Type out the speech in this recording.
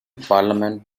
parliament